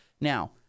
Now